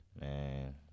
man